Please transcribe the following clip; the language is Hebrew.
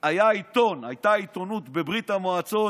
הייתה עיתונות בברית המועצות,